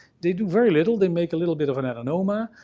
they do very little. they make a little bit of an adenoma,